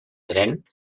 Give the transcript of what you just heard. tren